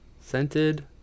Scented